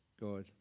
God